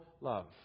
love